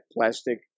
plastic